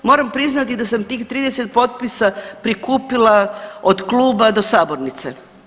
Moram priznati da sam tih 30 potpisa prikupila od kluba do sabornice.